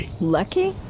Lucky